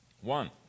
One